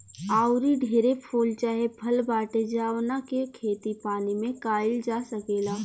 आऊरी ढेरे फूल चाहे फल बाटे जावना के खेती पानी में काईल जा सकेला